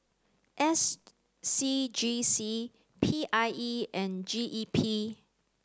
S C G C P I E and G E P